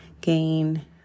gain